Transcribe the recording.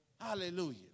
Hallelujah